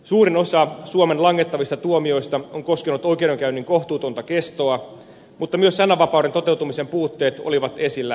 suurin osa suomen langettavista tuomioista on koskenut oikeudenkäynnin kohtuutonta kestoa mutta myös sananvapauden toteutumisen puutteet olivat esillä viime vuonna